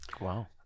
Wow